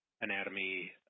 anatomy